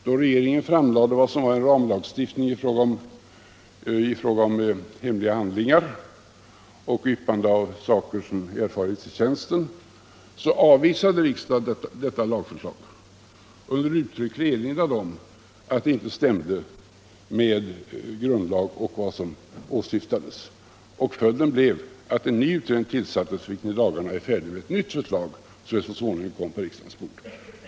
Då regeringen framlade ett förslag till ramlagstiftning i fråga om hemliga handlingar och yppande av sådant som erfarits i tjänsten avvisade riksdagen förslaget under uttrycklig erinran bl.a. om att det inte stämde med grundlag. Följden blev att en ny utredning tillsattes, vilken i dagarna är färdig med ett nytt förslag som väl så småningom kommer på riksdagens bord.